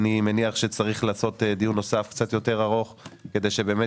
אני מניח שצריך לעשות דיון נוסף קצת יותר ארוך כדי שבאמת